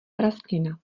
prasklina